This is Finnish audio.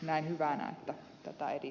näin hyvää vettä tai